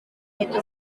itu